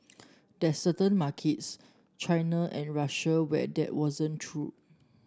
there's certain markets China and Russia where that wasn't true